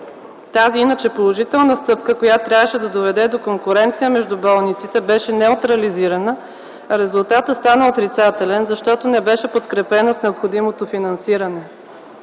тази иначе положителна стъпка, която трябваше да доведе до конкуренция между болниците, беше неутрализирана, резултатът стана отрицателен, защото не беше подкрепена с необходимото финансиране.